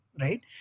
Right